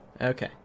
okay